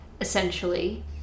essentially